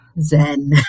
Zen